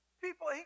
people